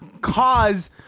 cause